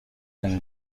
and